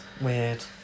Weird